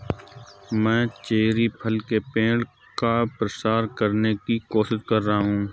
मैं चेरी फल के पेड़ का प्रसार करने की कोशिश कर रहा हूं